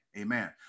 amen